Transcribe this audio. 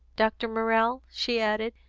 dr. morrell, she added,